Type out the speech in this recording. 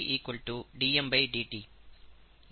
ஆகையால் rg dmdt